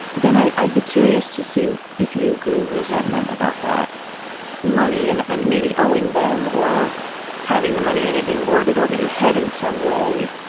then i'd i'd be curious to see if you grew resentment about that money and and maybe owing them or having the money and it being lorded over your head in some way.